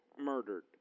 murdered